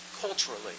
culturally